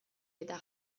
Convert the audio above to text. eta